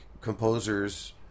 composers